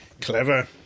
Clever